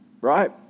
right